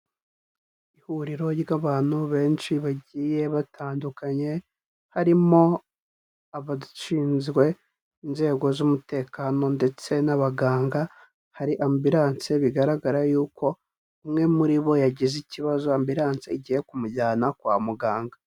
Ihuriro ry'abantu benshi bagiye batandukanye, harimo abadushinzwe, inzego z'umutekano ndetse n'abaganga, hari ambilanse bigaragara yuko umwe muri bo yagize ikibazo, ambilanse igiye kumujyana kwa muganga.